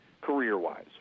career-wise